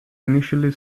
initially